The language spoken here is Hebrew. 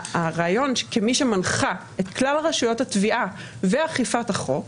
הרעיון כמי שמנחה את כלל רשויות התביעה ואכיפת החוק,